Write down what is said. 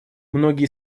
многие